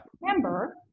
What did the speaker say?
Remember